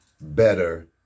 better